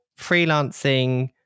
freelancing